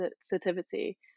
sensitivity